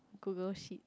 Google sheet